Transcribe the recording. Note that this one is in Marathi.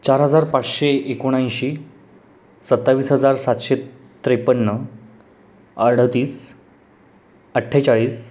चार हजार पाचशे एकोणऐंशी सत्तावीस हजार सातशे त्रेपन्न अडतीस अठ्ठेचाळीस